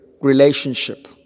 relationship